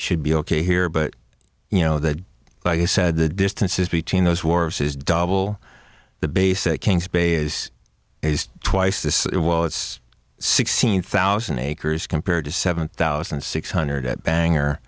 should be ok here but you know that like you said the distances between those wars is double the basic kings bay is twice this year well it's sixteen thousand acres compared to seven thousand six hundred at banger